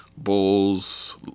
Bulls